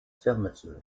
fermeture